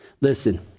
Listen